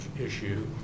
issue